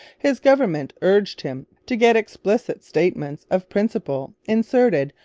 his government urged him to get explicit statements of principle inserted,